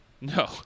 No